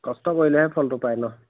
কষ্ট কৰিলেহে ফলটো পাই ন